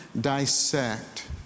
dissect